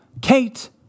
Kate